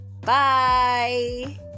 bye